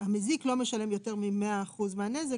שהמזיק לא משלם יותר מ-100 אחוזים מהנזק